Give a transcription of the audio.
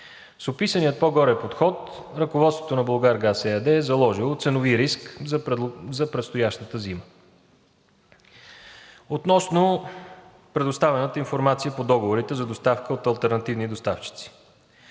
С описания по-горе подход ръководството на „Булгаргаз“ ЕАД е заложило ценови риск за предстоящата зима. Относно предоставена информация по договорите за доставка от алтернативни доставчици.